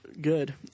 good